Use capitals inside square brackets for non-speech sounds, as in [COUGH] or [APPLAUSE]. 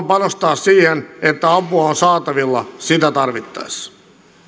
[UNINTELLIGIBLE] panostaa siihen että apua on on saatavilla sitä tarvittaessa